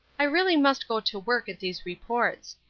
i really must go to work at these reports.